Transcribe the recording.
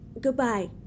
Goodbye